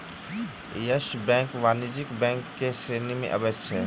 yes Bank वाणिज्य bank के श्रेणी में अबैत अछि